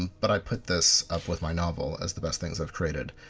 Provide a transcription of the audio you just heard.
but i put this up with my novel as the best things i've created.